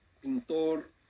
pintor